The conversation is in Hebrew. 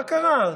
מה קרה?